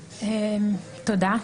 תודה.